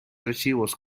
archivos